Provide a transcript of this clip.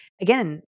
again